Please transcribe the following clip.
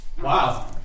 Wow